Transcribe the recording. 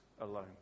alone